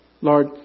Lord